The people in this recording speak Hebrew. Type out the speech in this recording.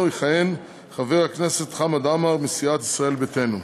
יכהן חבר הכנסת חמד עמאר מסיעת ישראל ביתנו.